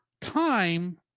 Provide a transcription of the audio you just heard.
time